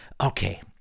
Okay